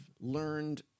learned